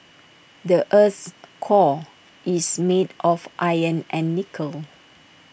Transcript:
the Earth's core is made of iron and nickel